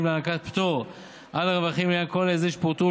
להענקת פטור על הרווחים לעניין כל ההסדרים שפורטו,